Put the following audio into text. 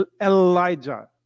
Elijah